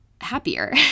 happier